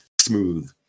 smooth